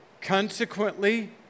Consequently